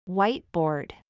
Whiteboard